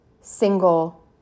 single